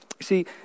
see